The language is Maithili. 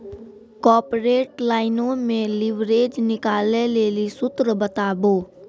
कॉर्पोरेट लाइनो मे लिवरेज निकालै लेली सूत्र बताबो